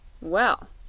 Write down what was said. well,